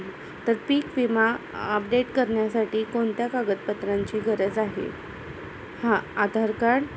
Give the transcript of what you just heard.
तर पीक विमा अपडेट करण्यासाठी कोणत्या कागदपत्रांची गरज आहे हां आधार कार्ड